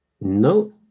No